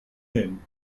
him